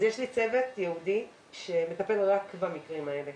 יש לי צוות ייעודי שמטפל רק במקרים האלה.